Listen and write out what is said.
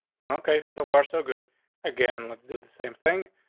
okay, so far, so good again. let's do the same thing.